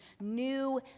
new